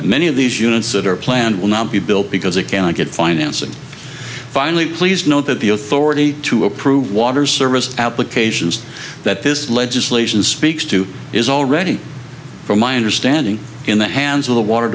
and many of these units that are planned will not be built because they cannot get financing finally please note that the authority to approve water service applications that this legislation speaks to is already from my understanding in the hands of the water